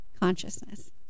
consciousness